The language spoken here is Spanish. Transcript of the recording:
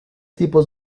tipos